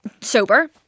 sober